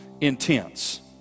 intense